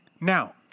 Now